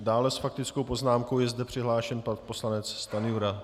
Dále s faktickou poznámkou je zde přihlášen pan poslanec Stanjura.